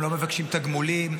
הם לא מבקשים תגמולים,